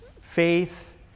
faith